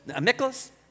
Nicholas